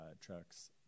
trucks